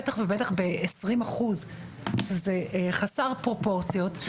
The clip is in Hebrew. בטח ובטח ב-20% שזה חסר פרופורציות.